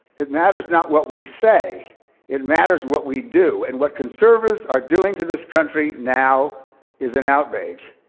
it matters not what we say it matters what we do. and what conservatives are doing to this country now is an outrage.